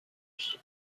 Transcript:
use